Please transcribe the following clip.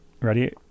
Ready